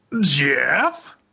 Jeff